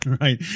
Right